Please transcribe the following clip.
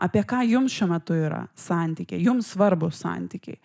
apie ką jums šiuo metu yra santykiai jums svarbūs santykiai